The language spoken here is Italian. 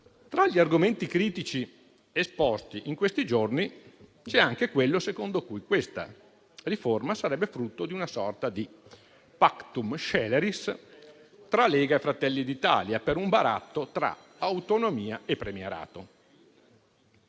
Tra gli argomenti critici esposti in questi giorni, c'è anche quello secondo cui questa riforma sarebbe frutto di una sorta di *pactum sceleris* tra Lega e Fratelli d'Italia, per un baratto tra autonomia e premierato.